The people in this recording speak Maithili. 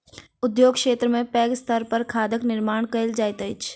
उद्योग क्षेत्र में पैघ स्तर पर खादक निर्माण कयल जाइत अछि